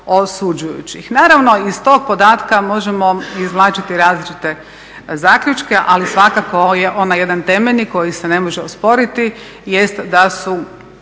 Naravno iz tog podataka možemo izvlačiti različite zaključke ali svakako je onaj jedan temeljni koji se ne može osporiti jest da su